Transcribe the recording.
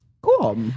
cool